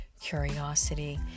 curiosity